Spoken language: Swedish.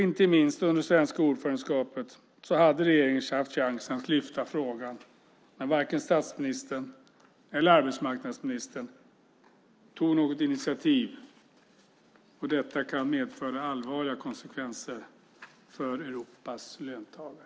Inte minst under det svenska ordförandeskapet hade regeringen chansen att lyfta frågan, men varken statsministern eller arbetsmarknadsministern tog något initiativ. Detta kan medföra allvarliga konsekvenser för Europas löntagare.